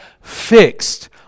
fixed